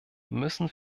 müssen